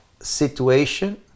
situation